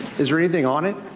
is there anything on it.